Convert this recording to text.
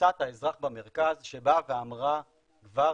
תפיסת האזרח במרכז שבאה ואמרה כבר